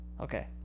Okay